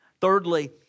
thirdly